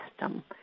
system